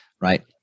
right